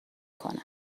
کنن